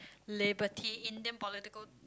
liberty Indian political